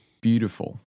beautiful